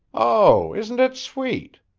oh, isn't it sweet!